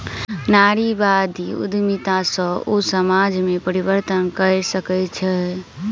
नारीवादी उद्यमिता सॅ ओ समाज में परिवर्तन कय सकै छै